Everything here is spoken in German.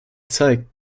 zeigt